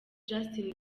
justin